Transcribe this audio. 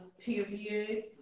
period